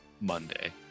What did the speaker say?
Monday